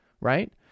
Right